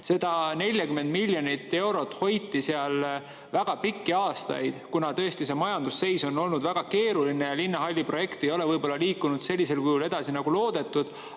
Seda 40 miljonit eurot hoiti väga pikki aastaid, kuna tõesti majandusseis oli väga keeruline ja linnahalli projekt võib-olla ei liikunud sellisel kujul edasi, nagu loodeti.